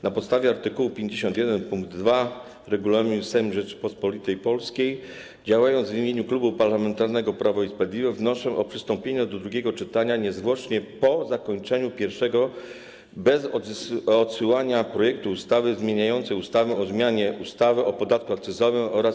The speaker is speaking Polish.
Na podstawie art. 51 pkt 2 Regulaminu Sejmu Rzeczypospolitej Polskiej, działając w imieniu Klubu Parlamentarnego Prawo i Sprawiedliwość, wnoszę o przystąpienie do drugiego czytania niezwłocznie po zakończeniu pierwszego, bez odsyłania projektu ustawy zmieniającej ustawę o zmianie ustawy o podatku akcyzowym oraz